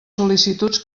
sol·licituds